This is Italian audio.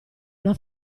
una